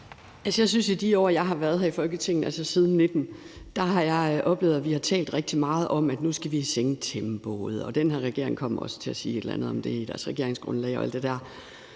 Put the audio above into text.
at jeg i de år, jeg har været her i Folketinget, altså siden 2019, har oplevet, at vi har talt rigtig meget om, at vi nu skal sænke tempoet, og den her regering kom også til at sige et eller andet om det i sit regeringsgrundlag og alt det der,